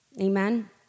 Amen